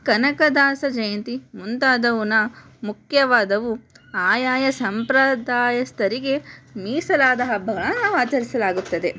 ಕನಕದಾಸ ಜಯಂತಿ ಮುಂತಾದವು ಮುಖ್ಯವಾದವು ಆಯಾಯ ಸಂಪ್ರದಾಯಸ್ಥರಿಗೆ ಮೀಸಲಾದ ಹಬ್ಬಗಳನ್ನು ಆಚರಿಸಲಾಗುತ್ತದೆ